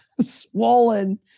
swollen